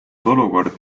olukord